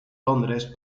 londres